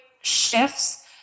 shifts